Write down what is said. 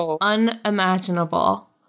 unimaginable